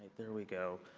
there we go.